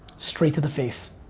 straight to the face.